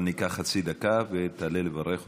אבל ניקח חצי דקה ותעלה לברך אותו.